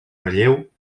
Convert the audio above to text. relleu